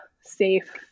safe